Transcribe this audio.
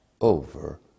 over